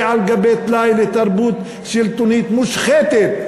מוסיפה טלאי על גבי טלאי לתרבות שלטונית מושחתת,